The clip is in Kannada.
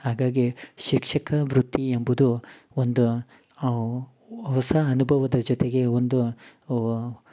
ಹಾಗಾಗಿ ಶಿಕ್ಷಕ ವೃತ್ತಿ ಎಂಬುದು ಒಂದು ಹೊಸ ಅನುಭವದ ಜೊತೆಗೆ ಒಂದು